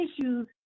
issues